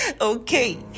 Okay